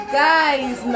guys